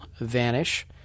Vanish